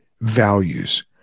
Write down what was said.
values